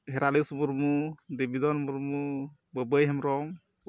Heralis Murmu Debidhan Murmu Babai Hembrom